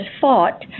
fought